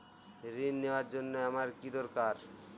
ঋণ নেওয়ার জন্য আমার কী দরকার?